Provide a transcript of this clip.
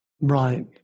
Right